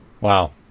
Wow